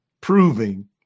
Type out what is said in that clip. proving